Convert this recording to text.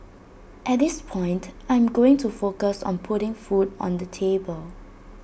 at this point I am going to focus on putting food on the table